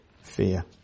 fear